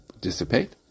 dissipate